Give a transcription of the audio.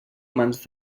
mans